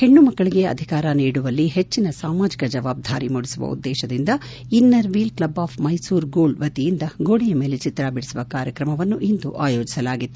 ಹೆಣ್ಣು ಮಕ್ಕಳಿಗೆ ಅಧಿಕಾರ ನೀಡುವಲ್ಲಿ ಹೆಜ್ಜಿನ ಸಾಮಾಜಿಕ ಜವಾಬ್ದಾರಿ ಮೂಡಿಸುವ ಉದ್ದೇಶದಿಂದ inner wheel club of Mysuru gold ವತಿಯಿಂದ ಗೋಡೆಯ ಮೇಲೆ ಚಿತ್ರ ಬಿಡಿಸುವ ಕಾರ್ಯಕ್ರಮವನ್ನು ಇಂದು ಆಯೋಜಿಸಲಾಗಿತ್ತು